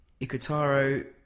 Ikutaro